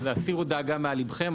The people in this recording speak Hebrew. אז הסירו דאגה מעל ליבכם.